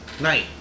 night